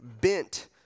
bent